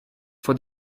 for